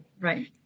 Right